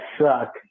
suck